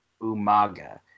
Umaga